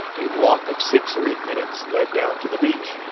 a walk of six or eight minutes led down to the beach,